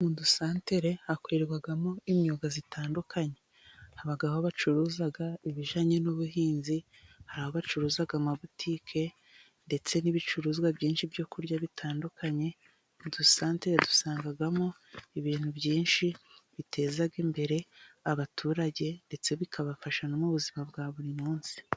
Mu udusantere hakorerwamo imyuga zitandukanye habaho abacuruza ibijyananye n'ubuhinzi, hari abacuruzaga amabutike ndetse n'ibicuruzwa byinshi byo kurya bitandukanye. Udusante dusangamo ibintu byinshi biteza imbere abaturage ndetse bikabafasha no mu ubuzima bwa buri munsi.